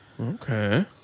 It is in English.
Okay